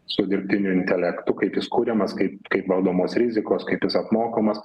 su dirbtiniu intelektu kaip jis kuriamas kaip kaip valdomos rizikos kaip jis apmokomas